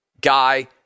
guy